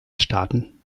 staaten